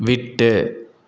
விட்டு